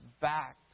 back